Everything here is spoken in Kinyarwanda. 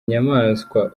nyamaswa